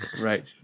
right